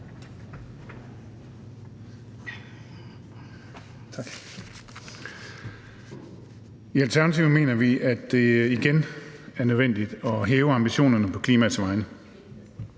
I Alternativet mener vi, at det igen er nødvendigt at hæve ambitionerne på klimaets